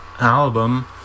album